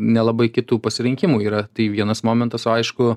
nelabai kitų pasirinkimų yra tai vienas momentas o aišku